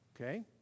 Okay